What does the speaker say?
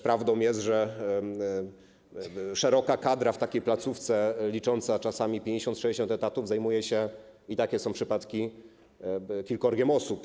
Prawdą jest, że szeroka kadra w takiej placówce, licząca czasami 50-60 etatów, zajmuje się - są takie przypadki - kilkorgiem osób.